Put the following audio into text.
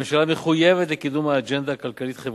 הממשלה מחויבת לקידום האג'נדה הכלכלית-חברתית,